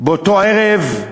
באותו ערב,